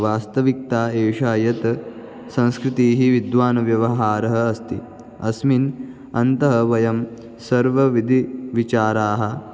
वास्तविकता एषा यत् संस्कृतिः विद्वानव्यवहारः अस्ति अस्मिन् अन्ते वयं सर्वविधविचाराः